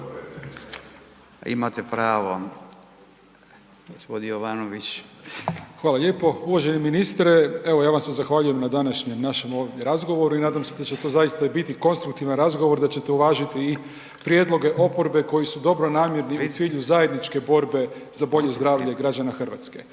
**Jovanović, Željko (SDP)** Hvala lijepo. Uvaženi ministre. Evo ja vam se zahvaljujem na današnjem našem ovdje razgovoru i nadam se da će to zaista i biti konstruktivan razgovor, da ćete uvažiti i prijedloge oporbe koji su dobronamjerni i u cilju zajedničke borbe za bolje zdravlje građana RH.